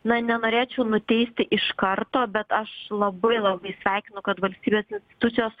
na nenorėčiau nuteisti iš karto bet aš labai labai sveikinu kad valstybės institucijos